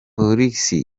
polisi